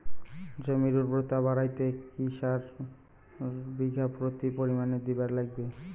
জমির উর্বরতা বাড়াইতে কি সার বিঘা প্রতি কি পরিমাণে দিবার লাগবে?